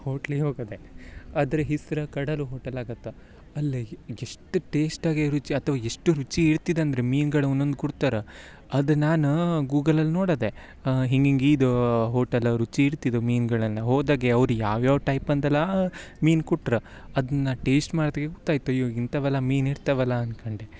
ಹೋಟ್ಲಿಗೆ ಹೋಗದೆ ಅದ್ರ ಹಿಸ್ರ್ ಕಡಲು ಹೋಟೆಲ್ ಆಗತ್ತ ಅಲ್ಲೇ ಎಷ್ಟು ಟೇಶ್ಟಾಗೆ ರುಚಿ ಅಥ್ವ ಎಷ್ಟು ರುಚಿ ಇರ್ತಿದಂದ್ರೆ ಮೀನ್ಗಳು ಒನ್ನೊಂದು ಕುಡ್ತರ ಅದು ನಾನು ಗೂಗಲಲ್ಲಿ ನೋಡದೆ ಹಿಂಗಿಂಗೆ ಈದೋ ಹೋಟೆಲ ರುಚಿ ಇರ್ತಿದು ಮೀನುಗಳೆಲ್ಲ ಹೋದಗೆ ಅವ್ರು ಯಾವ ಯಾವ ಟೈಪ್ ಅಂತೆಲ್ಲಾ ಮೀನ್ ಕುಟ್ರ್ ಅದನ್ನ ಟೇಶ್ಟ್ ಮಾಡತಿಗೆ ಗುತ್ತಾಯ್ತು ಅಯ್ಯೋ ಇಂಥವೆಲ್ಲ ಮೀನು ಇರ್ತವಲ್ಲಾ ಅನ್ಕಂಡೆ